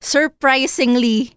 Surprisingly